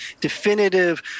definitive